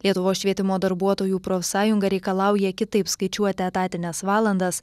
lietuvos švietimo darbuotojų profsąjunga reikalauja kitaip skaičiuoti etatines valandas